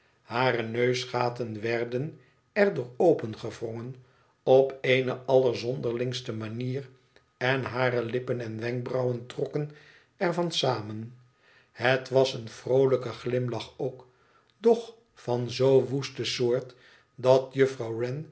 hare neusgaten werden er door opengewrongen op eene allerzonderungste manier en hare lippen en wenkbrauwen trokken er van samen het was een vroolijke glimlach ook doch van zoo woeste soort dat juffrouw